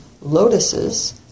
lotuses